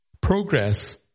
progress